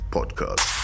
Podcast